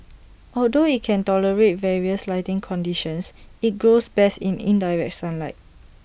although IT can tolerate various lighting conditions IT grows best in indirect sunlight